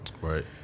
Right